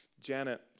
Janet